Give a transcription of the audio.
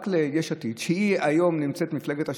רק ליש עתיד, שהיא נמצאת היום כמפלגת השלטון,